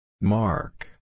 Mark